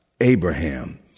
Abraham